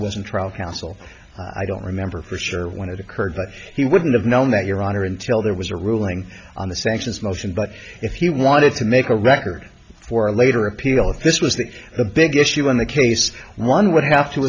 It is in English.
wasn't trial counsel i don't remember for sure when it occurred but he wouldn't have known that your honor until there was a ruling on the sanctions motion but if you wanted to make a record for later appeal if this was the a big issue in the case one would have to